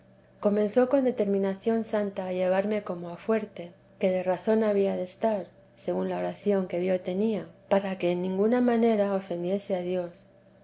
comenzó con determinación santa a llevarme como a fuerte que de razón había de estar según la oración que vio tenía para que en ninguna manera ofendiese a dios